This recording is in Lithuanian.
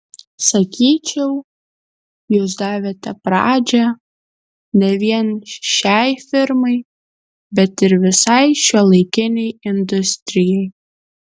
sakyčiau jūs davėte pradžią ne vien šiai firmai bet ir visai šiuolaikinei industrijai